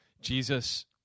Jesus